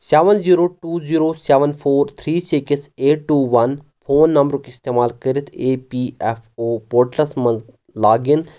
seven zero two zero seven four three six eight two one phone نمبرُک استعمال کٔرِتھ E P F O portals مَنٛز log in